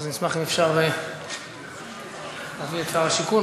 נשמח אם אפשר להביא את שר הבינוי והשיכון,